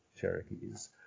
Cherokees